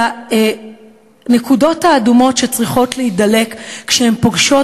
את הנקודות האדומות שצריכות להידלק כשהן פוגשות